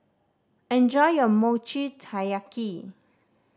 enjoy your Mochi Taiyaki